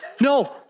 No